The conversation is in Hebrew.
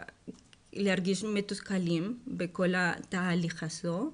לתסכול בכל התהליך הזה,